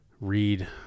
read